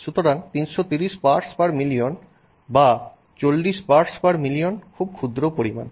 সুতরাং 330 parts per million বা 40 parts per million খুব ক্ষুদ্র পরিমাণ